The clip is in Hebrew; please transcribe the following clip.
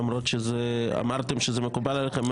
למרות שאמרתם שזה מקובל עליכם,